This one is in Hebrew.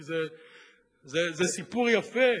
כי זה סיפור יפה.